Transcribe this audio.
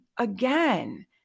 Again